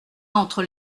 entre